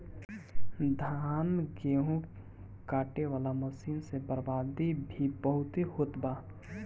धान, गेहूं काटे वाला मशीन से बर्बादी भी बहुते होत बा